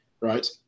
right